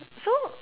so